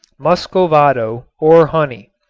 muscovado or honey.